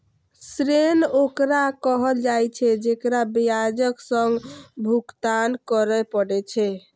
ऋण ओकरा कहल जाइ छै, जेकरा ब्याजक संग भुगतान करय पड़ै छै